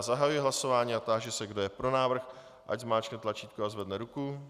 Zahajuji hlasování a táži se, kdo je pro návrh, ať zmáčkne tlačítko a zvedne ruku.